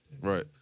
Right